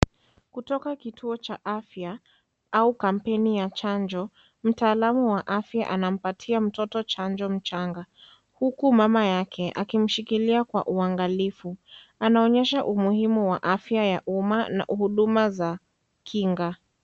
Kutoka kituo cha afya au kampeni ya chanjo, mtaalamu wa afya anampatia mtoto chanjo mchanga huku mama yake akimshikilia kwa uangalifu, anaonyesha umuhimu wa afya ya umma na uhuduma za kinga.